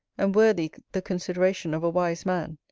and worthy the consideration of a wise man.